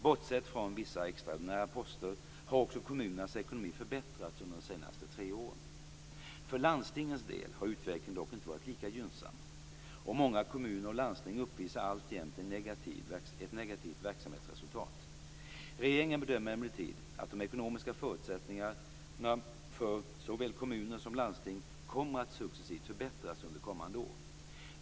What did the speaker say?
Bortsett från vissa extraordinära poster har också kommunernas ekonomi förbättrats under de tre senaste åren. För landstingens del har utvecklingen dock inte varit lika gynnsam. Och många kommuner och landsting uppvisar alltjämt ett negativt verksamhetsresultat. Regeringen bedömer emellertid att de ekonomiska förutsättningarna för såväl kommuner som landsting kommer att successivt förbättras under kommande år.